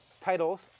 titles